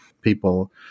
people